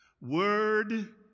Word